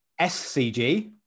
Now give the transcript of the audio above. SCG